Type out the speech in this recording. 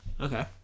Okay